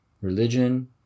religion